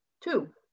Two